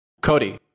Cody